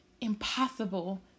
impossible